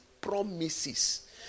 promises